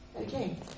Okay